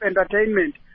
entertainment